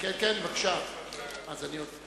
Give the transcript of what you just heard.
משר האוצר לשר התיירות נתקבלה.